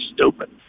stupid